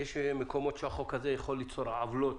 יש מקומות שהחוק הזה יכול ליצור עוולות.